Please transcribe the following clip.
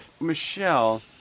Michelle